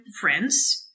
friends